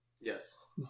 Yes